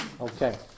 okay